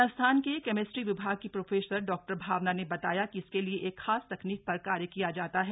संस्थान के केमेस्ट्री विभाग की प्रोफेसर डॉक्टर भावना ने बताया कि इसके लिए एक खास तकनीक पर कार्य किया जाता है